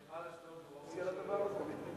נמל אשדוד הוא אופציה לדבר הזה?